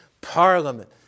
Parliament